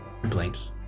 Complaints